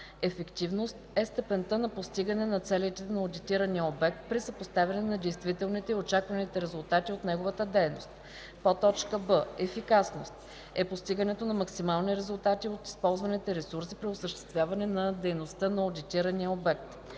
„ефективност” е степента на постигане на целите на одитирания обект при съпоставяне на действителните и очакваните резултати от неговата дейност; б) „ефикасност” е постигането на максимални резултати от използваните ресурси при осъществяване на дейността на одитирания обект;